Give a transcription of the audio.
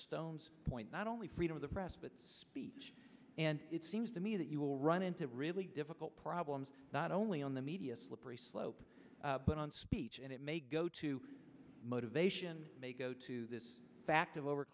stones point not only freedom of the press but speech and it seems to me that you will run into really difficult problems not only on the media slippery slope but on speech and it may go to motivation may go to this fact of